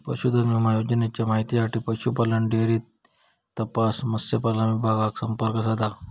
पशुधन विमा योजनेच्या माहितीसाठी पशुपालन, डेअरी तसाच मत्स्यपालन विभागाक संपर्क साधा